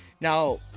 Now